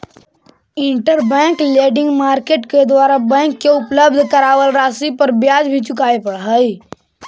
interbank lending market के द्वारा bank के उपलब्ध करावल राशि पर ब्याज भी चुकावे पड़ऽ हइ